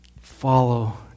Follow